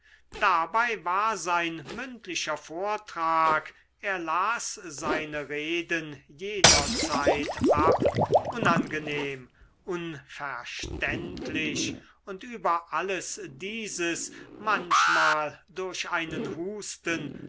dabei war sein mündlicher vortrag er las seine reden jederzeit ab unangenehm unverständlich und über alles dieses manchmal durch einen husten